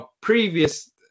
previous